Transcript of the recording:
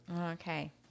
Okay